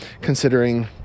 considering